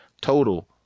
total